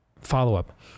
follow-up